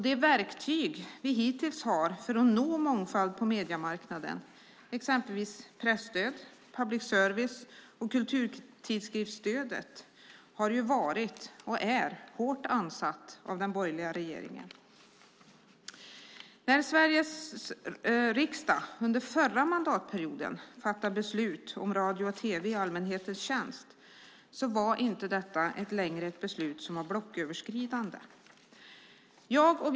De verktyg vi hittills har för att nå mångfald på mediemarknaden, exempelvis presstöd, public service och kulturtidskriftsstödet, har varit och är hårt ansatt av den borgerliga regeringen. När Sveriges riksdag under den förra mandatperioden fattade beslut om radio och tv i allmänhetens tjänst var det inte längre ett blocköverskridande beslut.